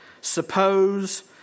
Suppose